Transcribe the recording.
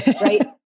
right